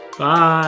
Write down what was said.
Bye